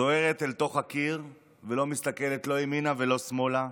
דוהרת אל תוך הקיר ולא מסתכלת ימינה או שמאלה,